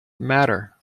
matter